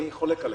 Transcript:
אני חולק עליך.